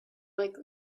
like